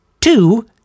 two